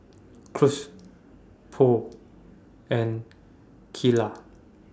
Cruz Purl and Kylah